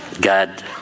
God